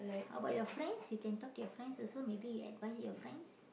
how about your friends you can talk your friends also maybe you advise your friends